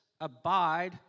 abide